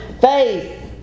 faith